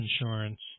insurance